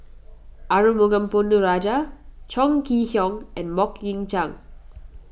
Arumugam Ponnu Rajah Chong Kee Hiong and Mok Ying Jang